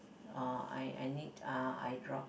uh I I need uh eye drop